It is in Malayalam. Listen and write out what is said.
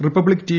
republic T